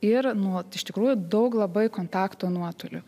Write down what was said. ir nu vat iš tikrųjų daug labai kontakto nuotoliu